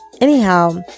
Anyhow